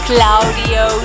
Claudio